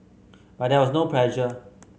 but there was no pressure